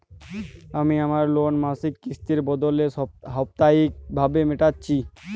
আমি আমার লোন মাসিক কিস্তির বদলে সাপ্তাহিক ভাবে মেটাচ্ছি